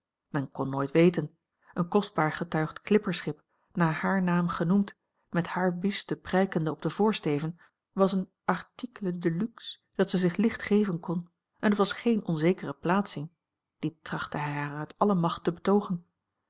men kon nooit weten een kostbaar getuigd clipperschip naar haar naam genoemd met hare buste prijkende op den voorsteven was een article de luxe dat zij zich licht geven kon en het was geene onzekere plaatsing dit trachtte hij haar uit alle macht te betoogen